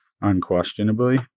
unquestionably